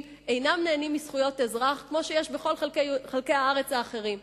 אינם נהנים מזכויות אזרח כמו שיש בכל חלקי הארץ האחרים.